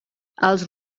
els